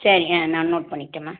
சரி ஆ நான் நோட் பண்ணிக்கிட்டேன்ம்மா